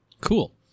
Cool